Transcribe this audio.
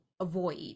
avoid